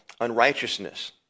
unrighteousness